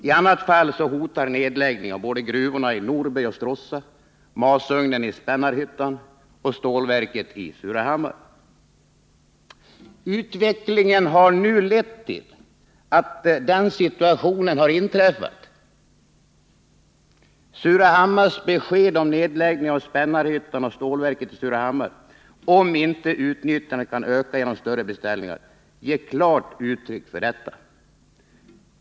I annat fall hotar nedläggning av gruvorna i Norberg och Stråssa, masugnen i Spännarhyttan och stålverket i Surahammar. Utvecklingen har nu lett till att den situationen inträffat. Surahammars besked om nedläggning av Spännarhyttan och stålverket i Surahammar, om inte utnyttjandet kan öka genom större beställningar, ger klart uttryck för detta.